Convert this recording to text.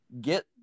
Get